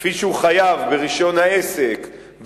כפי שהוא חייב ברשיון העסק,